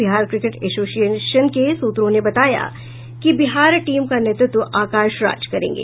Bihar cricket association के सूत्रों ने बताया कि बिहार टीम का नेतृत्व आकाश राज करेंगे